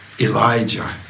Elijah